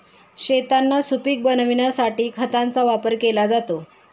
शेतांना सुपीक बनविण्यासाठी खतांचा वापर केला जातो